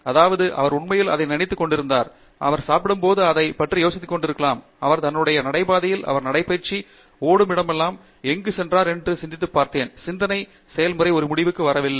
அதாவது அவர் உண்மையில் அதை நினைத்து கொண்டிருந்தார் அவர் சாப்பிடும் போது அதைப் பற்றி யோசித்துக்கொண்டிருக்கலாம் அவர் தன்னுடைய நடைபாதையில் அவர் நடைபயிற்சி ஓடும் இடமெல்லாம் எங்கு சென்றார் என்று சிந்தித்துப் பார்த்தேன் சிந்தனை செயல்முறை ஒரு முடிவுக்கு வரவில்லை